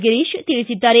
ಗಿರೀಶ್ ತಿಳಿಸಿದ್ದಾರೆ